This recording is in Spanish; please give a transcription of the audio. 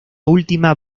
última